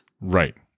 right